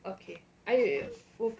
okay I